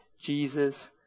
Jesus